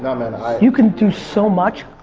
um and i you could do so much.